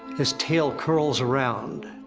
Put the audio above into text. his tail curls around.